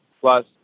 Plus